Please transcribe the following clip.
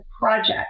project